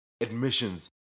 admissions